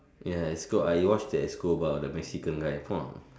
yes ESCO I watch the ESCO bar the Mexican guy !wah!